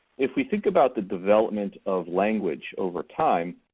if we think about the development of language over time,